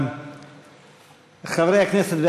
חברי הכנסת,